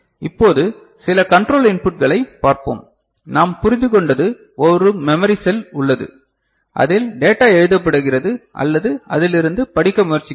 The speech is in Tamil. இப்போது சில கண்ட்ரோல் இன்புட்களை பார்ப்போம் நாம் புரிந்துக்கொண்டது ஒரு மெமரி செல் உள்ளது அதில் டேட்டா எழுதப்படுகிறது அல்லது அதிலிருந்து படிக்க முயற்சிக்கிறோம்